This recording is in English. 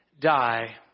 die